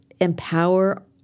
empower